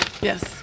Yes